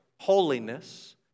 holiness